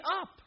up